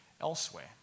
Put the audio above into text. elsewhere